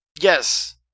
Yes